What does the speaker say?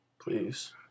Please